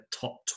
top